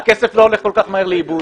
הכסף לא הולך כל כך מהר לאיבוד.